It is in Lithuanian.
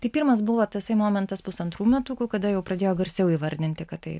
tai pirmas buvo tasai momentas pusantrų metukų kada jau pradėjo garsiau įvardinti kad tai